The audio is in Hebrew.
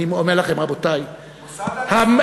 אני אומר לכם, רבותי, הדמוקרטיה,